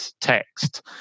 text